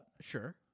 Sure